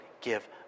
give